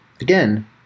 again